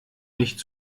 nicht